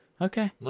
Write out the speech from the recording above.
okay